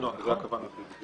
זו הכוונה.